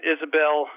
Isabel